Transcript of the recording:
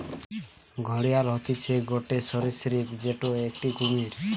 ঘড়িয়াল হতিছে গটে সরীসৃপ যেটো একটি কুমির